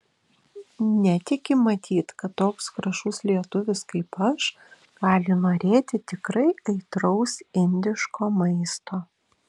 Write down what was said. netiki matyt kad toks gražus lietuvis kaip aš gali norėti tikrai aitraus indiško maisto